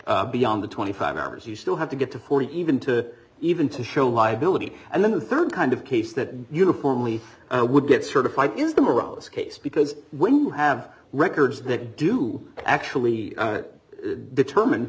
beyond the twenty five hours you still have to get to forty even to even to show viability and then the rd kind of case that uniformly would get certified is the morose case because when you have records that do actually determine